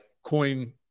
Coin